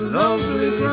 lovely